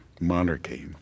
monarchy